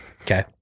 Okay